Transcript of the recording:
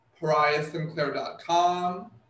PariahSinclair.com